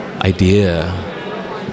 idea